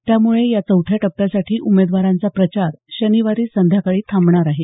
त्यामुळे या चौथ्या टप्प्यासाठी उमेदवारांचा प्रचार शनिवारी संध्याकाळी थांबणार आहे